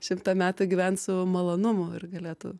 šimtą metų gyvent su malonumu ir galėtų